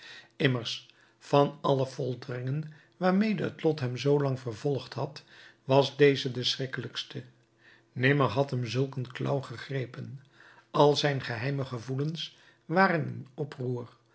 van al de folteringen waarmede het lot hem zoolang vervolgd had was deze de schrikkelijkste nimmer had hem zulk een klauw gegrepen al zijn geheime gevoelens waren in oproer